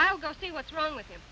i'll go see what's wrong with